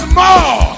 more